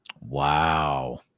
Wow